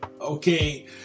Okay